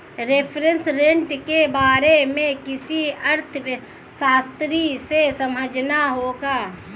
reference rate के बारे में किसी अर्थशास्त्री से समझना होगा